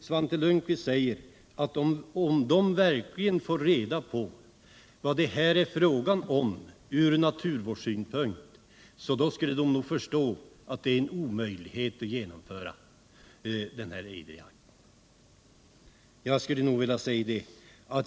Svante Lundkvist sade att om de får reda på vad det från naturvårdssynpunkt verkligen är fråga om skulle de nog inse att det är omöjligt att införa vårjakt på ejder.